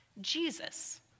Jesus